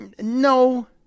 No